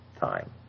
time